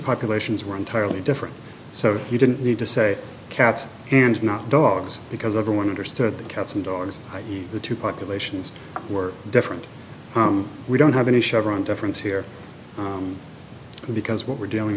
populations were entirely different so you didn't need to say cats and not dogs because everyone understood that cats and dogs the two populations were different from we don't have any chevron difference here because what we're dealing